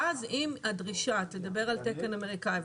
ואז אם הדרישה תדבר על תקן אמריקאי,